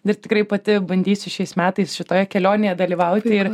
ir tikrai pati bandysiu šiais metais šitoje kelionėje dalyvauti ir